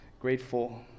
grateful